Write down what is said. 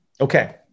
Okay